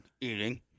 Eating